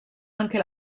anche